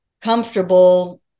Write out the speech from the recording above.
comfortable